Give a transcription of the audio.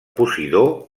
posidó